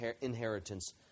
inheritance